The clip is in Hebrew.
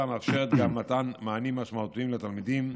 מאפשרת גם מתן מענים משמעותיים לתלמידים,